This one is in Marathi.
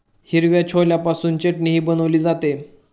हिरव्या छोल्यापासून चटणीही बनवली जाते